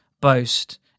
boast